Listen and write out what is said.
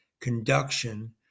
conduction